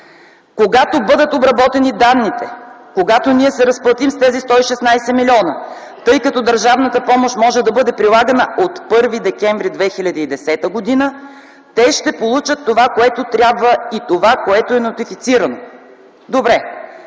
„Когато бъдат обработени данните, когато ние се разплатим с тези 116 милиона, тъй като държавната помощ може да бъде прилагана от 1 декември 2010 г., те ще получат това, което трябва, и това, което е нотифицирано”.